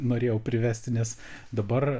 norėjau privesti nes dabar